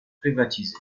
privatisé